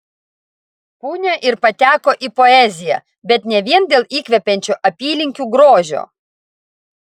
punia ir pateko į poeziją bet ne vien dėl įkvepiančio apylinkių grožio